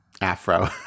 afro